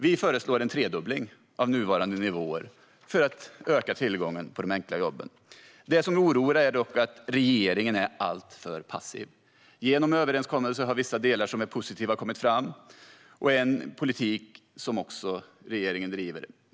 Vi föreslår en tredubbling av nuvarande nivåer för att öka tillgången på de enkla jobben. Det som oroar är att regeringen är alltför passiv. Genom överenskommelser har vissa delar som är positiva kommit fram, och det är politik som också regeringen driver.